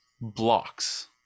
blocks